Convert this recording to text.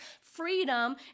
freedom